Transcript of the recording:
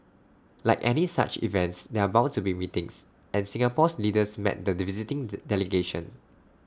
like any such events there are bound to be meetings and Singapore's leaders met the visiting the delegation